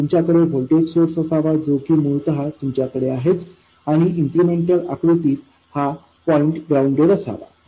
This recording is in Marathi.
तुमच्याकडे व्होल्टेज सोर्स असावा जो की मुळतः तुमच्याकडे आहे आणि इन्क्रिमेंटल आकृतीत हा पॉईंट ग्राउंडेड असावा